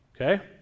Okay